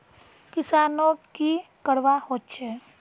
किसानोक की करवा होचे?